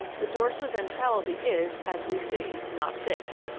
the dorsi ventrality is, as we see, not fixed.